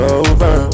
over